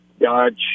God